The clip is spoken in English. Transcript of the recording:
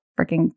freaking